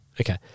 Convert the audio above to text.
okay